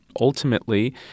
Ultimately